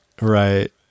Right